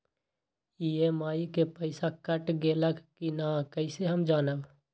EMI के पईसा कट गेलक कि ना कइसे हम जानब?